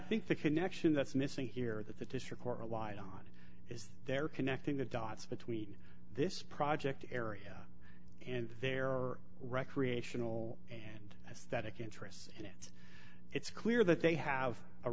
think the connection that's missing here that the district court relied on is there connecting the dots between this project area and there are recreational and aesthetic interests it's clear that they have a